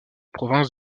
provinces